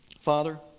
Father